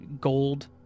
gold